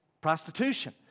prostitution